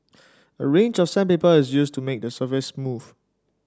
a range of sandpaper is used to make the surface smooth